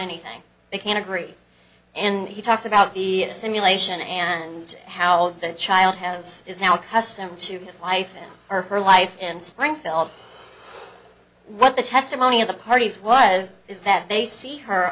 anything they can agree and he talks about the simulation and how the child has is now accustomed to his life or her life in springfield what the testimony of the parties was is that they see her